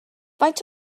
faint